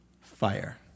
fire